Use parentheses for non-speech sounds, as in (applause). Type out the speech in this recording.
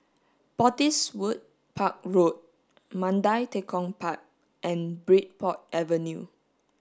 (unintelligible) Park Road Mandai Tekong Park and Bridport Avenue